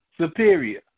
superior